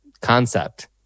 concept